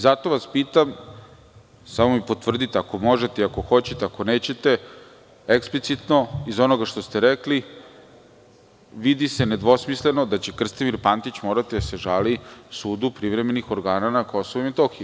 Zato vas pitam, samo mi potvrdite ako možete ili ako hoćete, ako nećete eksplicitno iz onoga što ste rekli se vidi nedvosmisleno da će Krstimir Pantić morati da se žali sudu privremenih organa na Kosovu i Metohiji.